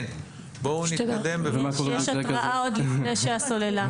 יש התראה עוד לפני שהסוללה נגמרת.